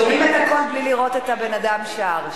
שומעים את הקול בלי לראות את הבן-אדם שר,